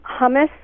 hummus